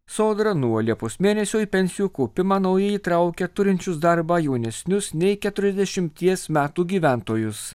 sodra nuo liepos mėnesio į pensijų kaupimą naujai įtraukia turinčius darbą jaunesnius nei keturiasdešimties metų gyventojus